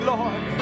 Lord